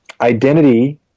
Identity